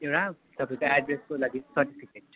एउडा तपाईँको एड्रेसको लागि सर्टिफिकेट